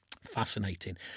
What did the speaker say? fascinating